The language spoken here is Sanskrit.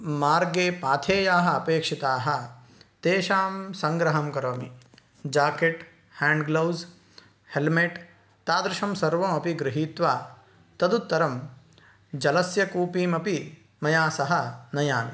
मार्गे पाथेयाः अपेक्षिताः तेषां सङ्ग्रहं करोमि जाकेट् ह्याण्ड्ग्ल्वौस् हेल्मेट् तादृशं सर्वमपि गृहीत्वा तदुत्तरं जलस्य कूपीमपि मया सह नयामि